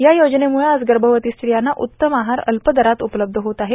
या योजनेमुळं आज गर्भवती स्त्रियांना उत्तम आहार अल्प दरात उपलब्ध होत आहे